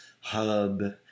hub